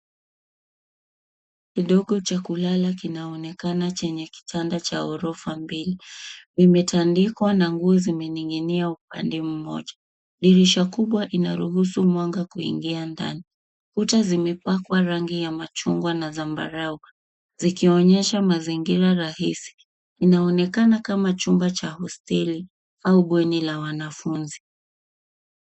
Kidogo cha kulala kinaonekana chenye kitanda cha ghorofa mbili, vimetandikwa na nguo zimening'inia upande mmoja. Dirisha kubwa inaruhusu mwanga kuingia ndani. Kuta zimepakwa rangi ya machungwa na zambarau, zikionyesha mazingira rahisi, inaonekana kama chumba cha hosteli au bweni la wanafunzi.